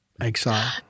exile